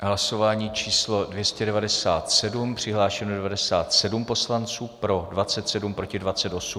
Hlasování číslo 297, přihlášeno 97 poslanců, pro 27, proti 28.